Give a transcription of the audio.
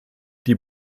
die